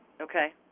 Okay